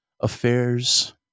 affairs